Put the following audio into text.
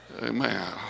Amen